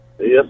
Yes